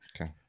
Okay